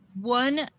one